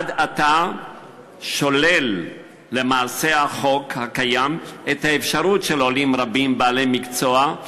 עד עתה שולל למעשה החוק הקיים את האפשרות של עולים רבים בעלי מקצוע,